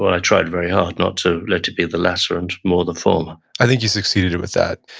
but i tried very hard not to let it be the latter and more the former i think you succeeded with that.